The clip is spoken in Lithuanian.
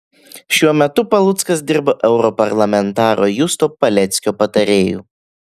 šiuo metu paluckas dirbo europarlamentaro justo paleckio patarėju